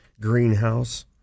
greenhouse